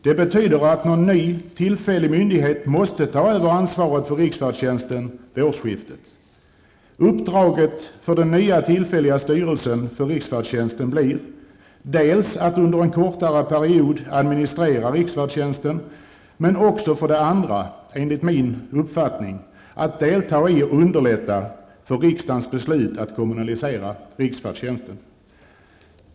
Det betyder att någon ny tillfällig myndighet måste ta över ansvaret för riksfärdtjänsten vid årsskiftet. Uppdraget för den nya, tillfälliga styrelsen för riksfärdtjänsten blir att under en kortare period administrera riksfärdtjänsten men också, enligt min uppfattning, att underlätta genomförandet av riksdagens beslut att kommunalisera riksfärdtjänsten.